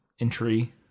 entry